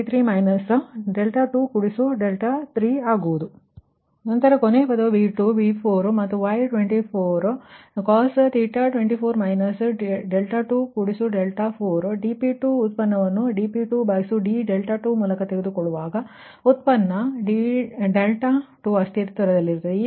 ನಂತರ ಕೊನೆಯ ಪದವು V2 V4ಮತ್ತು Y24 ನಂತರ cos 24 24 ನೀವು dP2ಡೇರಿವಿಟಿವನ್ನು dP2d2 ಮೂಲಕ ತೆಗೆದುಕೊಳ್ಳುವಾಗ ಡೇರಿವಿಟಿವ 2ಅಸ್ತಿತ್ವದಲ್ಲಿರುತ್ತದೆ